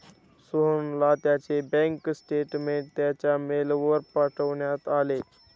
सोहनला त्याचे bank statement त्याच्या मेलवर पाठवण्यात आले